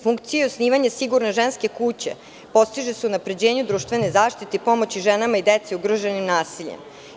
Funkcije i osnivanje sigurne ženske kuće postiže se unapređenje društvenoj zaštiti, pomoći ženama i deci ugroženih nasiljem.